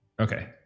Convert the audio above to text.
Okay